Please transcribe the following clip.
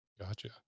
Gotcha